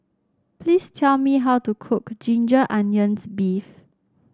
please tell me how to cook Ginger Onions beef